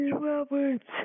Roberts